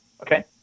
Okay